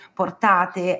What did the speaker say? portate